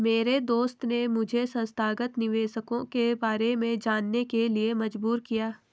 मेरे दोस्त ने मुझे संस्थागत निवेशकों के बारे में जानने के लिए मजबूर किया